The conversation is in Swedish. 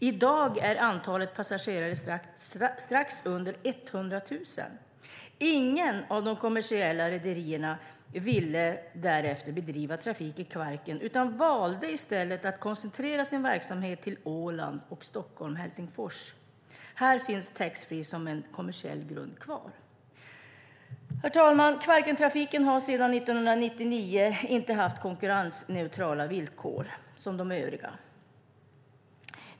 I dag är antalet passagerare strax under 100 000. Ingen av de kommersiella rederierna ville därefter bedriva trafik i Kvarken utan valde i stället att koncentrera sin verksamhet till Åland och Stockholm-Helsingfors. Här finns taxfreeförsäljning kvar som en kommersiell grund. Herr talman! Kvarkentrafiken har sedan 1999 inte haft konkurrensneutrala villkor som övrig färjetrafik mellan Sverige och Finland.